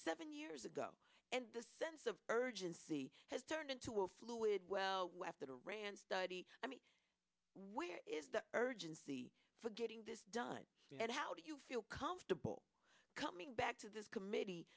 seven years ago and the sense of urgency has turned into a fluid well i mean where is the urgency for getting this done and how do you feel comfortable coming back to this committee